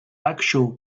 actual